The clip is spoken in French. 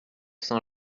saint